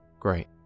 Great